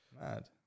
mad